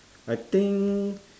I think